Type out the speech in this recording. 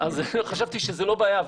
אז חשבתי שזו לא בעיה.